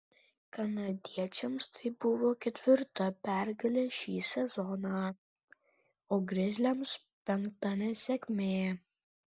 kanadiečiams tai buvo ketvirta pergalė šį sezoną o grizliams penkta nesėkmė